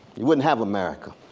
you wouldn't have america.